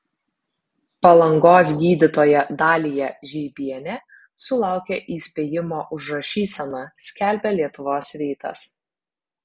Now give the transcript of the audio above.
palangos gydytoja dalija žeibienė sulaukė įspėjimo už rašyseną skelbia lietuvos rytas